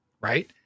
right